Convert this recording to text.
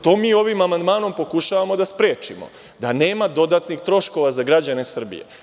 To mi ovim amandmanom pokušavamo da sprečimo, da nema dodatnih troškova za građane Srbije.